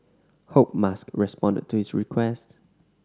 hope Musk responded to his request